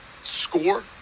score